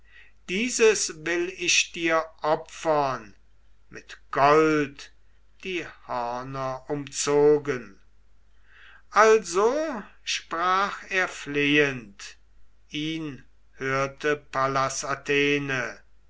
dieses will ich dir opfern mit gold die hörner umzogen also sprach er flehend ihn hörete pallas athene